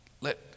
let